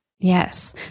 Yes